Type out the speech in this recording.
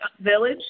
village